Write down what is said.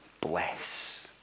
bless